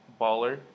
baller